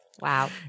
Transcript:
Wow